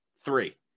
three